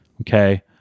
okay